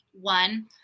one